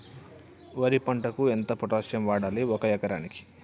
వరి పంటకు ఎంత పొటాషియం వాడాలి ఒక ఎకరానికి?